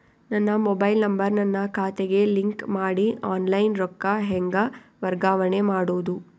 ನನ್ನ mobile number ನನ್ನ ಖಾತೆಗೆ ಲಿಂಕ್ ಮಾಡಿ ಆನ್ಲೈನ್ ರೊಕ್ಕ ಹೆಂಗ ವರ್ಗಾವಣೆ ಮಾಡೋದು?